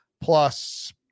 plus